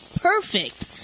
perfect